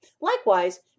Likewise